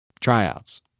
Tryouts